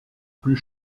plus